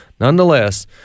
Nonetheless